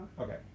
Okay